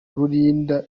rurinda